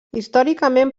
històricament